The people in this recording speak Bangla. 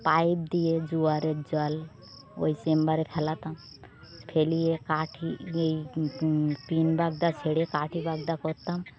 পাইপ দিয়ে জোয়ারের জল ওই চেম্বারে ফেলতাম ফেলে কাঠি এই পিন বাগদা ছেড়ে কাঠি বাগদা করতাম